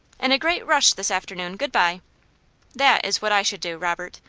in a great rush this afternoon. good-bye that is what i should do, robert,